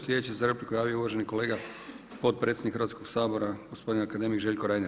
Slijedeći se za repliku javio uvaženi kolega potpredsjednik Hrvatskog sabora gospodin akademik Željko Reiner.